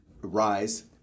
rise